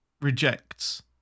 rejects